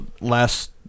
last